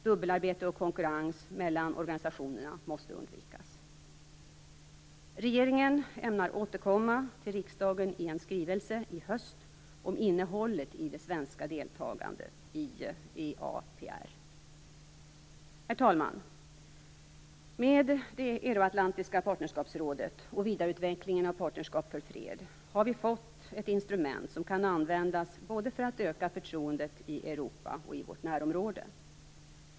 Dubbelarbete och konkurrens mellan organisationerna måste undvikas. Regeringen ämnar återkomma till riksdagen i en skrivelse i höst om innehållet i det svenska deltagandet i EAPR. Herr talman! Med det euroatlantiska partnerskapsrådet och vidareutvecklingen av Partnerskap för fred har vi fått ett instrument som kan användas för att öka förtroendet både i Europa och i vårt närområde.